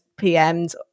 PMs